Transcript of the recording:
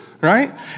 right